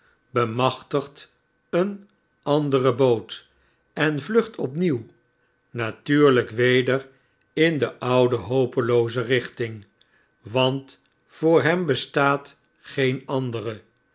bemachtigt een andere boot en vlucht opnieuw natuurlgk weder in de oude hopelooze richting want voor hem bestaat geen andere